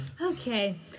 Okay